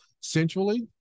centrally